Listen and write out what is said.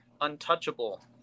Untouchable